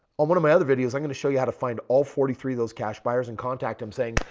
on one of my other videos, i'm going to show you how to find all forty three of those cash buyers and contact i'm saying,